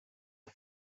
are